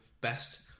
best